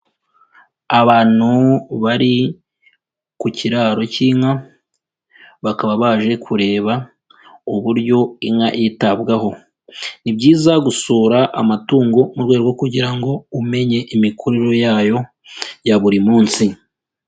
Abantu bari ku kiraro cy'inka bakaba baje kureba uburyo inka yitabwaho. Ni byiza gusura amatungo mu rwego rwo kugira ngo umenye imikurire yayo ya buri munsi.